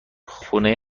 خونه